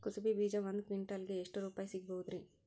ಕುಸಬಿ ಬೀಜ ಒಂದ್ ಕ್ವಿಂಟಾಲ್ ಗೆ ಎಷ್ಟುರುಪಾಯಿ ಸಿಗಬಹುದುರೀ?